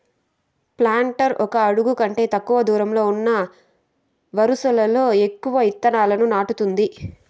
planter ఒక అడుగు కంటే తక్కువ దూరంలో ఉన్న వరుసలలో ఎక్కువ ఇత్తనాలను నాటుతుంది